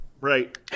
right